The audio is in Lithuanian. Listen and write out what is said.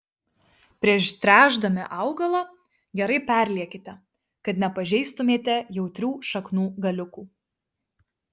prieš tręšdami augalą gerai perliekite kad nepažeistumėte jautrių šaknų galiukų